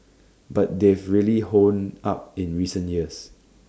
but they've really honed up in recent years